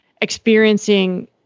experiencing